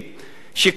שכל העולם,